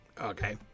Okay